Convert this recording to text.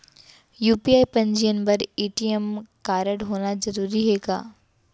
UPI पंजीयन बर ATM कारडहोना जरूरी हे का?